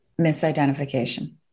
misidentification